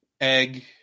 Egg